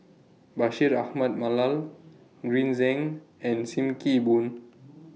Bashir Ahmad Mallal Green Zeng and SIM Kee Boon